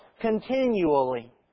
continually